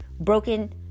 broken